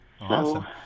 Awesome